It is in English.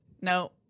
No